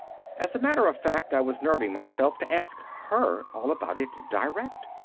as a matter of fact i was nerving myself to ask her all about it direct,